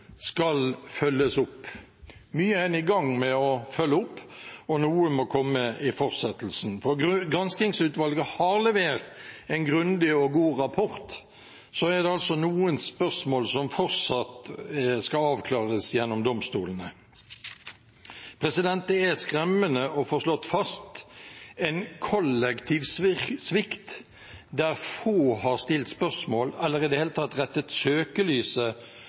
skal følges opp. Mye er en i gang med å følge opp, og noe må komme i fortsettelsen, for granskingsutvalget har levert en grundig og god rapport. Så er det noen spørsmål som fortsatt skal avklares gjennom domstolene. Det er skremmende å få slått fast en kollektiv svikt der få har stilt spørsmål, eller i det hele tatt rettet søkelyset